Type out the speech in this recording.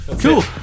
cool